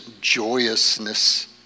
joyousness